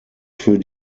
für